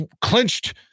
clinched